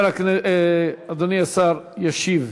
אדוני השר ישיב